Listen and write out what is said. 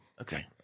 Okay